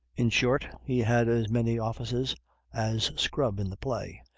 in short, he had as many offices as scrub in the play,